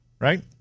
Right